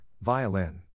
Violin